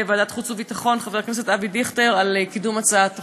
ועדת החוץ והביטחון חבר הכנסת אבי דיכטר על קידום הצעת החוק.